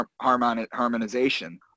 harmonization